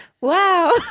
Wow